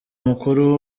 mukuru